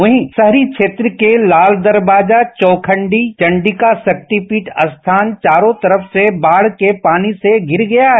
वहीं शहरी खेत्र के लाल दरवाजा चौखंडी और चंडिका राक्तिपीठ स्थान चारों तरफ से बाढ़ के पानी से घिर गया है